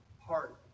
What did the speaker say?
heart